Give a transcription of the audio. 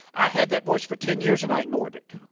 i had that voice for ten years and i ignored it.